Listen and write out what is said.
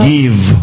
give